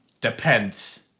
Depends